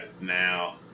now